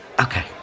Okay